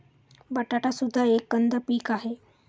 बटाटा सुद्धा एक कंद पीक आहे